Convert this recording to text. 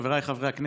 חבריי חברי הכנסת,